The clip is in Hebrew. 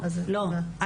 לא,